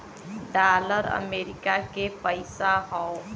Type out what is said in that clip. dollar America के पइसा हौ